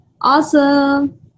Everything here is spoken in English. Awesome